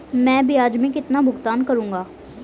मैं ब्याज में कितना भुगतान करूंगा?